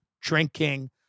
drinking